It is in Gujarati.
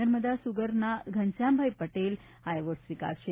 નર્મદા સુગરના ઘનશ્યામ પટેલ આ એવોર્ડ સ્વીકારશે